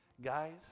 guys